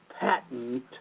patent